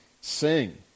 sing